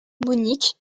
monique